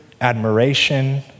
admiration